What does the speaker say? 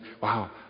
Wow